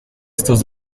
estos